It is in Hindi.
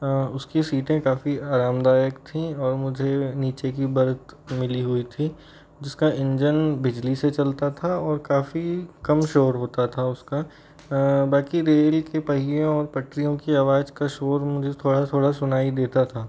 उसकी सीटें काफ़ी आरामदायक थी और मुझे नीचे की बर्थ मिली हुई थी जिसका इंजन बिजली से चलता था और काफ़ी कम शोर होता था उसका बाकी रेल के पहियों और पटरियों की आवाज का शोर मुझे थोड़ा थोड़ा सुनाई देता था